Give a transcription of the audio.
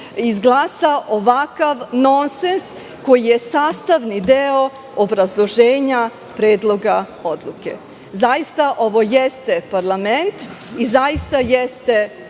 izglasa ovakav nonses, koji je sastavni deo obrazloženja Predloga odluke. Zaista, ovo jeste parlament i zaista jeste zakonodavno